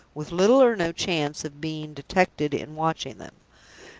with little or no chance of being detected in watching them.